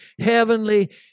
Heavenly